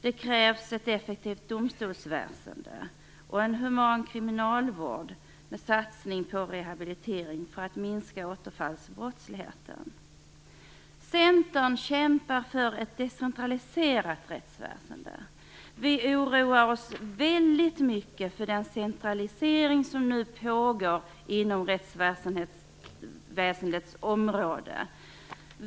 Det krävs ett effektivt domstolsväsende och en human kriminalvård med satsning på rehabilitering för att minska återfallsbrottsligheten. Centern kämpar för ett decentraliserat rättsväsende. Vi oroar oss väldigt mycket för den centralisering som nu pågår inom rättsväsendets område.